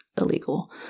illegal